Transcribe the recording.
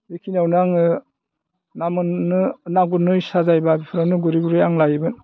बेखिनियावनो आङो ना मोननो ना गुरनो इस्सा जायोबा बेफोरावनो गुरै गुरै आं लायोमोन